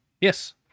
Yes